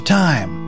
time